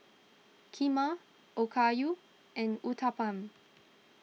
Kheema Okayu and Uthapam